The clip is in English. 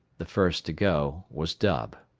the first to go was dub.